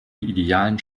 ideale